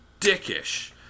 dickish